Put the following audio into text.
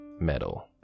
metal